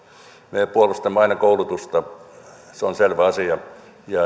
me puolustamme aina koulutusta se on selvä asia